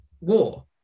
war